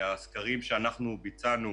מסקרים שאנחנו ביצענו